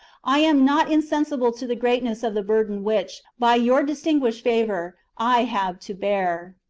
i am not insensible to the greatness of the burden which, by your distinguished favour, i have to bear.